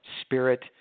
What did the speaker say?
spirit